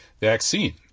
vaccine